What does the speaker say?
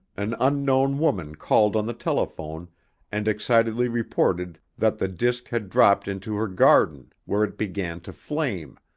an unknown woman called on the telephone and excitedly reported that the disc had dropped into her garden where it began to flame,